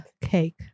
cake